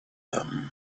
them